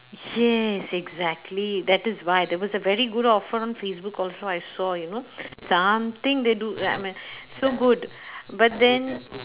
yes exactly that is why there was a very good offer on facebook also I saw you know something they do like I m~ so good but then